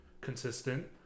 consistent